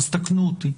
אז תקנו אותי.